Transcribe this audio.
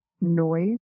noise